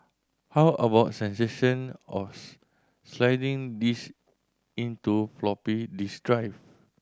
how about sensation of sliding these into floppy disk drive